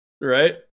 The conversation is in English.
right